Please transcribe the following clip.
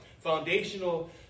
Foundational